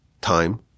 time